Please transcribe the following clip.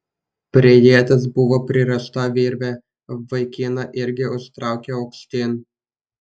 prie ieties buvo pririšta virvė vaikiną irgi užtraukė aukštyn